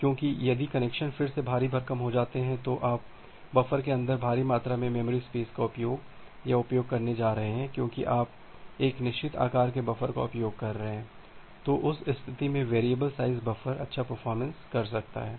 क्योंकि यदि कनेक्शन फिर से भारी भरकम हो जाते हैं तो आप बफर के अंदर भारी मात्रा में मेमोरी स्पेस का उपयोग या उपयोग करने जा रहे हैं क्योंकि आप एक निश्चित आकार के बफर का उपयोग कर रहे हैं तो उस स्थिति में वैरिएबल साइज बफर अच्छा परफॉरमेंस कर सकता है